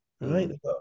right